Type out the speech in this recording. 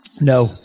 No